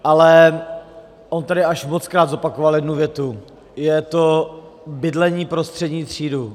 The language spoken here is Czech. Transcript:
Ale on tady až mockrát zopakoval jednu větu je to bydlení pro střední třídu.